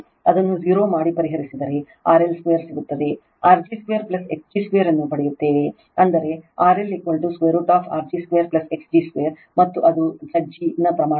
ಅದನ್ನು 0 ಮಾಡಿ ಪರಿಹರಿಸಿದರೆRL2 ಸಿಗುತ್ತದೆ R g 2 x g 2 ಅನ್ನು ಪಡೆಯುತ್ತೇವೆ ಅಂದರೆ RL√R g 2 x g 2 ಮತ್ತು ಅದು Zg ನ ಪ್ರಮಾಣ